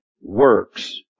works